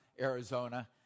Arizona